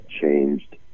changed